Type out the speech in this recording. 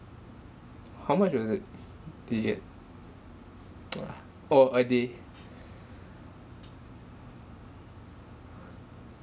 how much was it did you get no lah oh a day